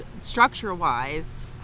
structure-wise